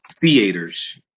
theaters